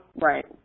right